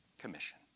Commission